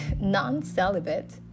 non-celibate